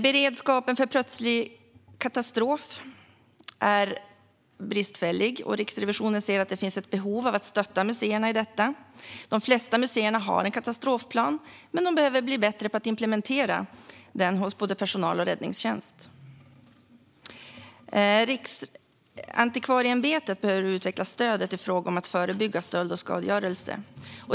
Beredskapen för plötslig katastrof är bristfällig. Riksrevisionen ser att det finns ett behov av att stötta museerna i detta. De flesta museer har en katastrofplan, men den behöver på ett bättre sätt implementeras hos både personal och räddningstjänst. Riksantikvarieämbetet behöver utveckla stödet i fråga om att förebygga stöld och skadegörelse.